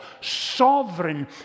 sovereign